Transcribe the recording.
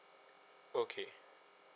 okay